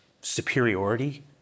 Superiority